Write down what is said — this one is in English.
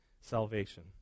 salvation